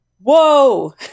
whoa